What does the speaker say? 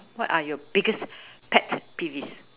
what are your biggest pet peeves